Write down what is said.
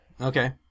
okay